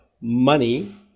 money